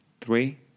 three